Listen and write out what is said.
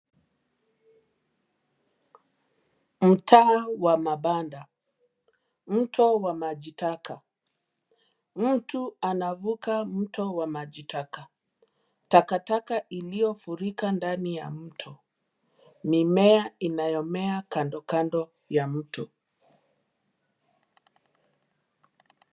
Mtaa wa mabanda. Mto wa maji taka. Mtu anavuka mto wa maji taka. Takataka iliyofurika ndani ya mto. Mimea inayomea kando kando ya mto.